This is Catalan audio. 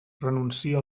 renuncia